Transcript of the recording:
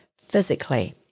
physically